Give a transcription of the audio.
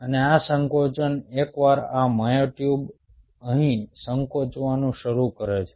હવે આ સંકોચન એકવાર આ મ્યોટ્યુબ અહીં સંકોચવાનું શરૂ કરે છે